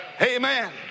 Amen